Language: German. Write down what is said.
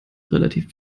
relativ